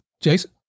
Jason